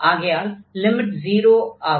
ஆகையால் லிமிட் 0 ஆகும்